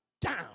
down